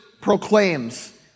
proclaims